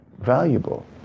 valuable